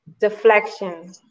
deflection